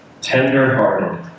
tender-hearted